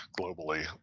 globally